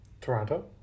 Toronto